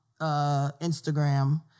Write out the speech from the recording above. Instagram